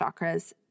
chakras